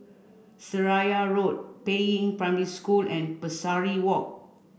Seraya Road Peiying Primary School and Pesari Walk